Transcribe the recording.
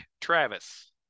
Travis